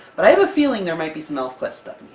but i have a feeling there might be some elfquest stuff